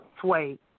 sway